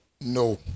No